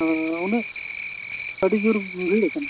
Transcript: ᱦᱮᱸ ᱩᱱᱟᱹᱜ ᱟᱹᱰᱤ ᱡᱳᱨ ᱵᱷᱤᱲ ᱟᱠᱟᱱᱟ